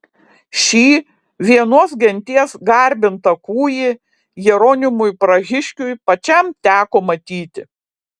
šį vienos genties garbintą kūjį jeronimui prahiškiui pačiam teko matyti